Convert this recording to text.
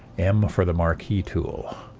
m for the marquee tool,